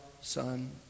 Son